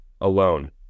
alone